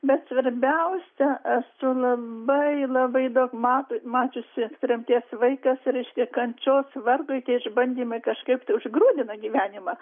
bet svarbiausia esu labai labai daug metų mačiusi tremties vaikas reiškia kančios vargo ir tie išbandymai kažkaip tai užgrūdina gyvenimą